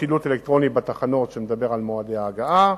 שילוט אלקטרוני בתחנות על מועדי הגעה,